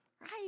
right